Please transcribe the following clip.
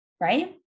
right